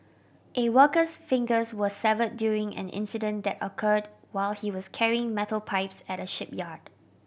a worker's fingers were severed during an incident that occurred while he was carrying metal pipes at a shipyard